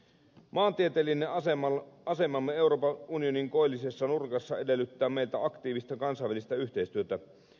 maantieteellinen asemamme euroopan unionin koillisessa nurkassa edellyttää meiltä aktiivista kansainvälistä yhteistyötä